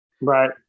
right